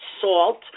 salt